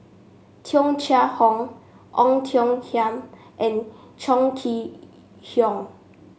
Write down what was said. Tung Chye Hong Ong Tiong Khiam and Chong Kee Hiong